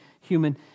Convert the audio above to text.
human